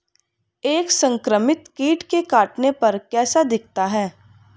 एक संक्रमित कीट के काटने पर कैसा दिखता है?